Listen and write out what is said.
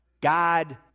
God